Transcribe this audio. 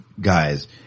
guys